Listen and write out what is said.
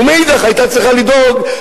ומאידך היתה צריכה לדאוג,